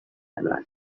and